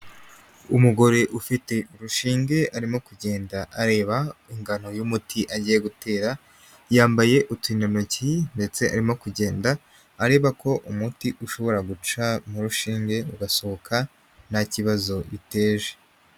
umugore ufite rushinge arimo kugenda areba ingano y'umuti agiye gutera, yambaye uturindantoki ndetse arimo kugenda areba ko umuti ushobora guca mu rushinge ugasohoka nta kibazo biteje.